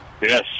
Yes